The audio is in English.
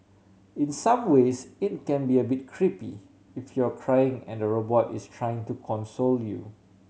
in some ways it can be a bit creepy if you're crying and robot is trying to console you